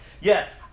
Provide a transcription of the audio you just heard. Yes